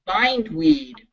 bindweed